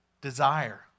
desire